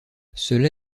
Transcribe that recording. cela